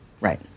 Right